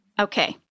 Okay